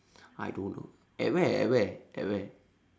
I don't know at where at where at where